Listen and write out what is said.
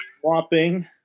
swapping